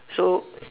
so